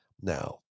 now